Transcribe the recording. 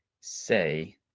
say